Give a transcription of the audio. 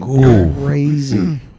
Crazy